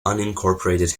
unincorporated